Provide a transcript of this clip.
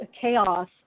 chaos